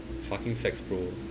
fucking sex bro